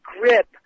grip